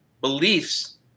Beliefs